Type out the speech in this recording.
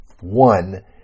one